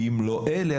ואם לא אלה,